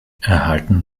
erhalten